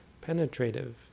penetrative